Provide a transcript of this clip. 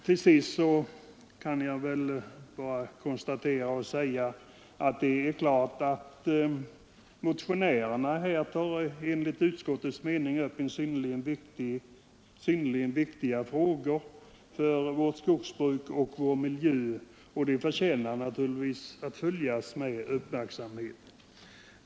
Till sist kan jag endast konstatera att motionärerna enligt utskottets mening tar upp för vårt skogsbruk och vår miljö synnerligen viktiga frågor, som naturligtvis förtjänar att följas med uppmärksamhet.